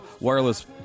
wireless